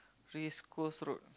Race-Course-Road